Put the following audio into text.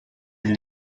will